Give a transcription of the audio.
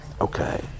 Okay